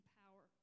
power